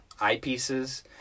eyepieces